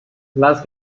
las